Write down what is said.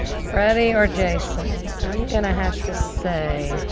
freddy or jason? i'm gonna have to say.